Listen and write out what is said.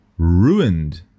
Ruined